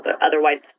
otherwise